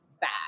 bad